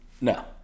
No